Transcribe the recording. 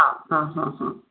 हां हां हां हां